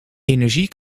energie